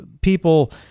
people